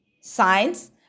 science